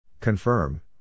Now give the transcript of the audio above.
Confirm